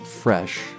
fresh